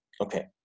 Okay